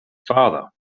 father